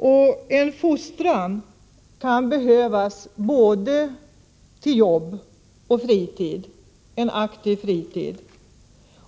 Det kan behövas en fostran både till jobb och till en aktiv fritid.